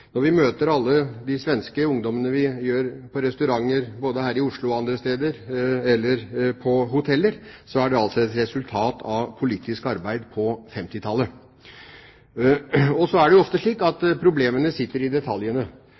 Når vi møter alle de svenske ungdommene på restauranter, både her i Oslo og andre steder, eller på hoteller, er det altså et resultat av politisk arbeid på 1950-tallet. Det er ofte slik at problemene sitter i detaljene,